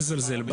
לזלזל בה.